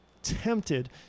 tempted